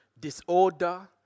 disorder